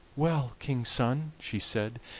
well, king's son, she said,